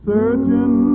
Searching